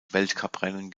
weltcuprennen